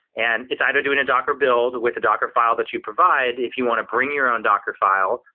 and it's either doing a docker build with a docker file that you provide if you want to bring your own docker file,